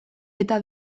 eta